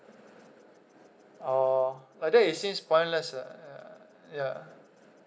oh like that it seems pointless ah ya ya